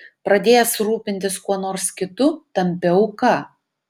pradėjęs rūpintis kuo nors kitu tampi auka